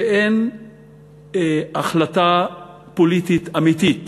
שאין החלטה פוליטית אמיתית